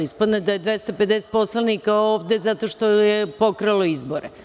Ispade da je 250 poslanika ovde zato što je pokralo izbore.